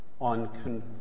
on